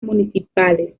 municipales